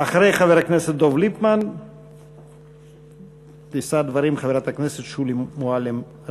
אחרי חבר הכנסת ליפמן תישא דברים חברת הכנסת שולי מועלם-רפאלי.